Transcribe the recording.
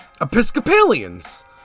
Episcopalians